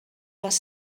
les